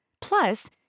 Plus